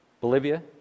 Bolivia